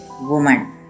woman